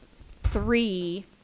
three